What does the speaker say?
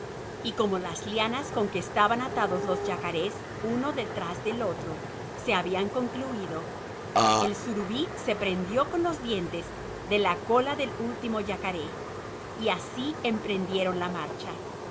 y como las lianas con que estaban atados los yacarés uno detrás del otro se habían concluido el suburí se prendió con los dientes de la cola del último yacaré y así emprendieron la marcha